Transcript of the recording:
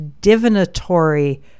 divinatory